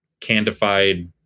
candified